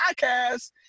podcast